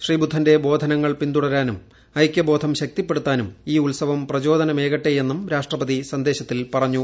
ശ്രീബുദ്ധന്റെ ബോധനങ്ങൾ പിന്തുടരാനും ഐക്യബോധം ശക്തിപ്പെടുത്താനും ഈ ഉത്സവം പ്രചോദനമേകട്ടേയെന്നും രാഷ്ട്രപതി സന്ദേശത്തിൽ പറഞ്ഞു